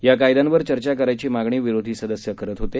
या कायद्यांवर चर्चा करण्याची मागणी विरोधी सदस्य करत होते